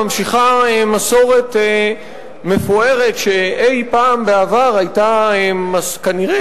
ממשיכה מסורת מפוארת שאי-פעם בעבר היתה כנראה